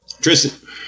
Tristan